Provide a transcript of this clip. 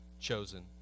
chosen